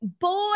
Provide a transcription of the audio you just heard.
Boy